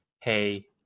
hey